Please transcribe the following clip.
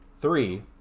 three